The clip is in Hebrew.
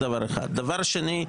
דבר שני,